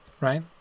right